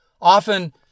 Often